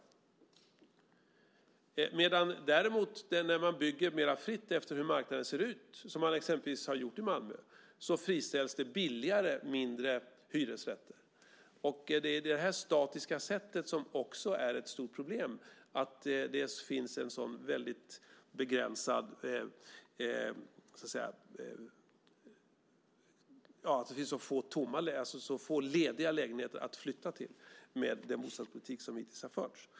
När man däremot bygger mer fritt efter hur marknaden ser ut, som man exempelvis har gjort i Malmö, friställs det billigare, mindre hyresrätter. Det här statiska sättet är också ett stort problem. Det finns så få lediga lägenheter att flytta till med den bostadspolitik som hittills har förts.